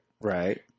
Right